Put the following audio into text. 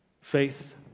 Faith